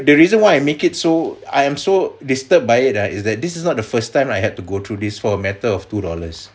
the reason why I make it so I am so disturbed by it ah is that this is not the first time I had to go through this for a matter of two dollars